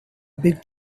big